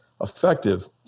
effective